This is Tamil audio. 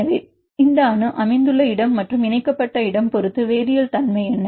எனவே இந்த அணு அமைந்துள்ள இடம் மற்றும் இணைக்கப்பட்ட இடம் பொறுத்து வேதியியல் தன்மை என்ன